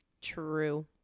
True